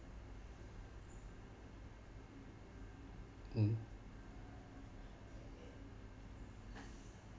mm